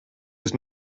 was